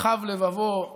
ורחב לבבו ושמח,